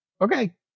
okay